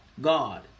God